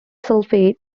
sulfate